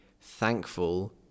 thankful